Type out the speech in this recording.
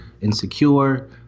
Insecure